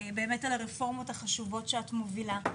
באמת על הרפורמות החשובות שאת מובילה.